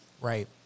Right